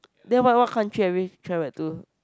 then what what country have you travel to